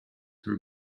her